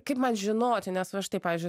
kaip man žinoti nes va štai pavyzdžiui